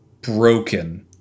broken